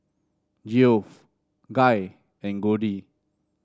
Geoff Guy and Goldie